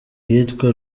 iyitwa